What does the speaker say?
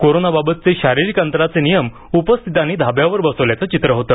कोरोनाबाबतचे शारीरिक अंतराचे नियम उपस्थितांनी धाब्यावर बसवल्याचं चित्र होतं